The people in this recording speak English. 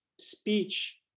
Speech